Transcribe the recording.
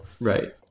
right